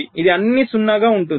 ఇది అన్ని 0 గా ఉంటుంది